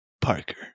Parker